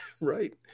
Right